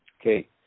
Okay